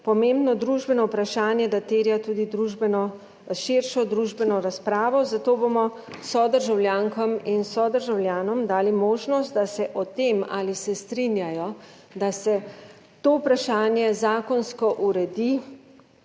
pomembno družbeno vprašanje, da terja tudi širšo družbeno razpravo, zato bomo sodržavljankam in sodržavljanom dali možnost, da se o tem, ali se strinjajo, da se to vprašanje zakonsko uredi,